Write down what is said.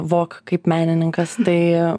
vok kaip menininkas tai